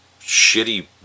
shitty